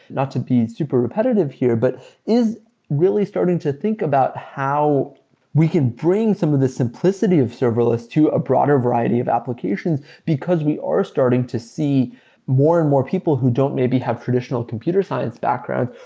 not to be super repetitive here, but is really starting to think about how we can bring some of the simplicity of serverless to a broader variety of applications because we are starting to see more and more people who don't maybe have traditional computer science backgrounds,